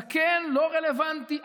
זקן לא רלוונטי.